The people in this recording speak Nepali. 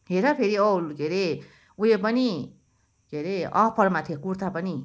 हेर फेरि औ के रे उयो पनि के रे अफरमा थियो कुर्था पनि